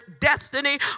destiny